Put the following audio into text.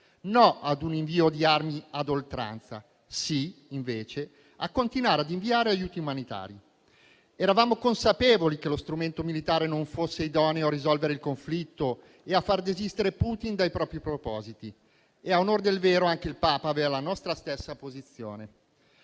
no a un invio di armi a oltranza; sì invece a continuare a inviare aiuti umanitari. Eravamo consapevoli che lo strumento militare non fosse idoneo a risolvere il conflitto e a far desistere Putin dai propri propositi, e a onor del vero anche il Papa aveva la nostra stessa posizione.